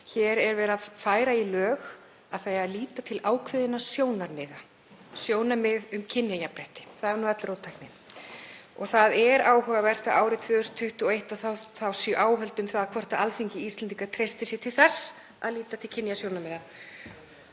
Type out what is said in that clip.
Hér er verið að færa í lög að líta eigi til ákveðinna sjónarmiða, sjónarmiða um kynjajafnrétti, það er öll róttæknin. Það er áhugavert að árið 2021 séu áhöld um það hvort Alþingi Íslendinga treysti sér til þess að líta til kynjasjónarmiða.